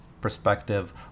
perspective